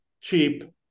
cheap